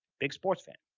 big sports fan.